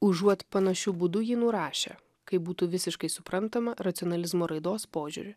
užuot panašiu būdu jį nurašę kaip būtų visiškai suprantama racionalizmo raidos požiūriu